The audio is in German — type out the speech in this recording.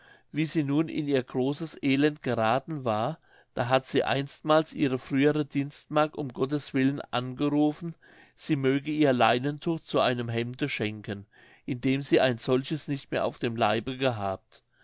wie sie nun in ihr großes elend gerathen war da hat sie einstmals ihre frühere dienstmagd um gotteswillen angerufen sie möge ihr leinentuch zu einem hemde schenken indem sie ein solches nicht mehr auf dem leibe gehabt